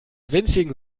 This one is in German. winzigen